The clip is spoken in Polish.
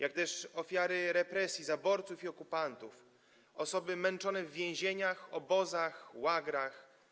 Są to także ofiary represji zaborców i okupantów, osoby męczone w więzieniach, obozach i łagrach.